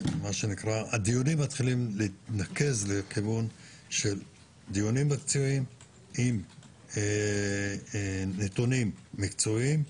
הדיונים מתחילים להתנקז לכיוון של דיונים מקצועיים עם נתונים מקצועיים,